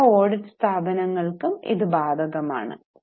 എല്ലാ ഓഡിറ്റ് സ്ഥാപനങ്ങൾക്കും ഇത് ബാധകമാണ്